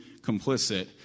complicit